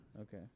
Okay